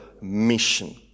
mission